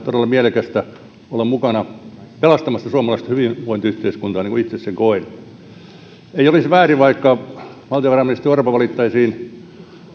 todella mielekästä olla mukana pelastamassa suomalaista hyvinvointiyhteiskuntaa niin kuin itse sen koen ei olisi väärin vaikka valtiovarainministeri orpo valittaisiin